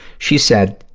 she said,